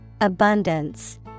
Abundance